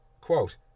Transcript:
Quote